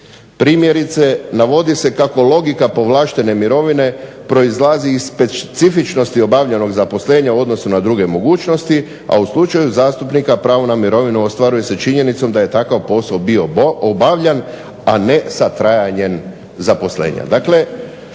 Primjerice navodi se kako logika povlaštene mirovine proizlazi iz specifičnosti obavljenog zaposlenja u odnosu na druge mogućnosti a u slučaju zastupnika pravo na mirovinu ostvaruje se činjenicom da je takav posao bio obavljan a ne sa trajanjem zaposlenja.